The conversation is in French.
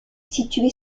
situé